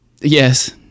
yes